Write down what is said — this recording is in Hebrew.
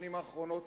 השנים האחרונות,